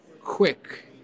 quick